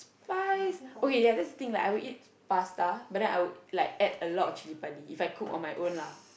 fries okay ya that's the thing like I will eat pasta but then I will like add a lot of chilli-padi If I cook on my own lah